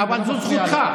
אבל זו זכותך,